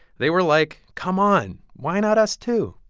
they were like, come on. why not us, too?